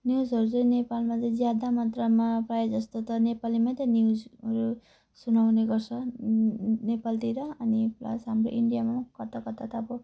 न्युजहरू चाहिँ नेपालमा चाहिँ ज्यादा मात्रामा प्रायःजस्तो त नेपालीमै त न्युजहरू सुनाउने गर्छ नेपालतिर अनि प्लस हाम्रो इन्डियामा पनि कता कता त अब